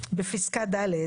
בפסקה 1 בסעיף 157א(ח)